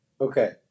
Okay